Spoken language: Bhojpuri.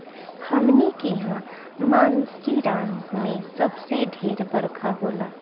हमनी किहा मानसींराम मे सबसे ढेर बरखा होला